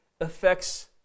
affects